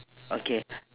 okay